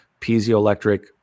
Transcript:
piezoelectric